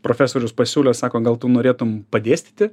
profesorius pasiūlė sako gal tu norėtumei padėstyti